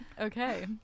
Okay